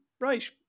right